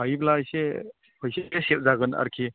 थायोब्ला एसे फैसाया एसे सेभ जागोन आरोखि